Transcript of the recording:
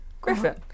Griffin